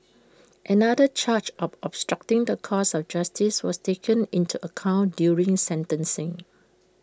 another charge of obstructing the course of justice was taken into account during sentencing